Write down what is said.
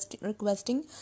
requesting